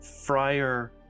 Friar